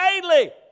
daily